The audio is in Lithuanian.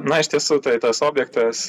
na iš tiesų tai tas objektas